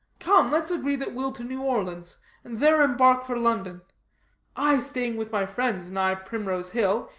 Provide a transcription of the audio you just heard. come, let's agree that we'll to new orleans, and there embark for london i staying with my friends nigh primrose-hill,